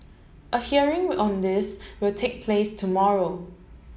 a hearing on this will take place tomorrow